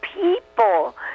people